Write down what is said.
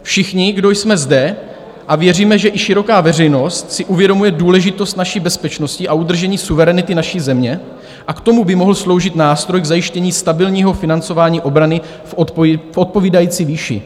Všichni, kdo jsme zde, a věříme, že i široká veřejnost, si uvědomujeme důležitost naší bezpečnosti a udržení suverenity naší země a k tomu by mohl sloužit nástroj k zajištění stabilního financování obrany v odpovídající výši.